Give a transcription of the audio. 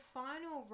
final